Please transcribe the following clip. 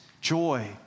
joy